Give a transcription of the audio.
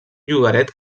llogaret